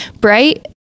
Bright